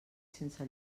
sense